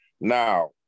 Now